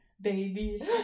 Baby